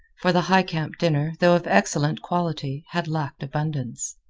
for the highcamp dinner, though of excellent quality, had lacked abundance.